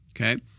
Okay